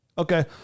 Okay